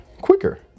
Quicker